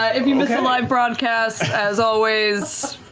ah if you miss the live broadcast, as always,